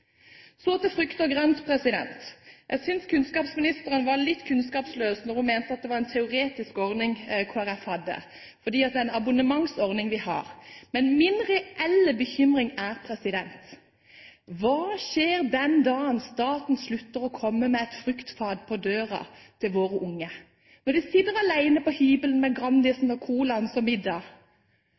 Så til frukt og grønt. Jeg synes kunnskapsministeren var litt kunnskapsløs når hun mente at det var en teoretisk ordning Kristelig Folkeparti vil ha, for det er en abonnementsordning vi vil ha. Min reelle bekymring er hva som skjer den dagen staten slutter å komme med et fruktfat på døren til våre unge, når de sitter alene på hybelen med Grandiosaen og